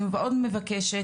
אני מאוד מבקשת